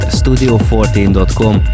studio14.com